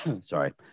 sorry